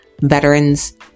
veterans